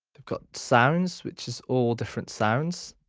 we've got sounds which is all different sounds.